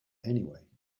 anyway